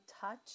touch